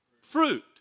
fruit